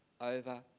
over